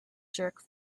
jerk